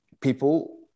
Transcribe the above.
people